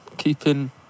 Keeping